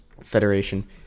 federation